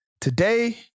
today